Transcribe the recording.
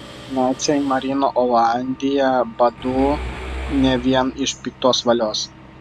naciai marino olandiją badu ne vien iš piktos valios